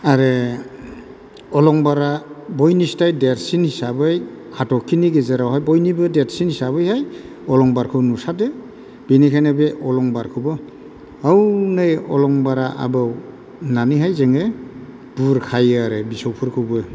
आरो अलंबारा बयनिख्रुय देरसिन हिसाबै हाथरखिनि गेजेरावहाय बयनिबो देरसिन हिसाबैहाय अलंबारखौ नुसारो बेनिखायनो बे अलंबारखौबो हौनै अलंबारा आबौ होननानैहाय जोङो बुरखायो आरो बिसौफोरखौबो